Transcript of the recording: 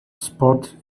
spot